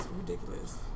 ridiculous